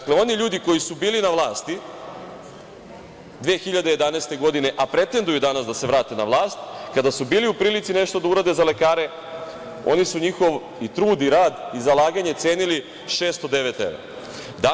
Dakle, oni ljudi koji su bili na vlasti 2011. godine, a pretenduju danas da se vrate na vlast, kada su bili u prilici nešto da urade za lekare oni su njihov trud i rad i zalaganje cenili 609 evra.